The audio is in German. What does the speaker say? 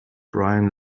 brian